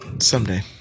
someday